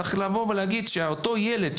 צריך להגיד שאותו ילד,